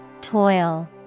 Toil